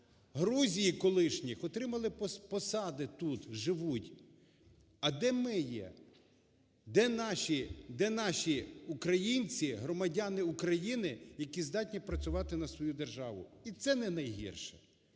Грузії колишніх отримали посади, тут живуть. А де ми є? Де наші українці, громадяни України, які здатні працювати на свою державу, і це не найгірше.